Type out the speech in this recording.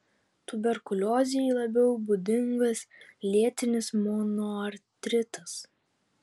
tuberkuliozei labiau būdingas lėtinis monoartritas